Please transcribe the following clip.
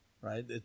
right